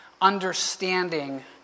understanding